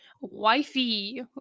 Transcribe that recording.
Wifey